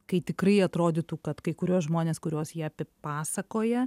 kai tikrai atrodytų kad kai kuriuos žmones kuriuos jie apipasakoja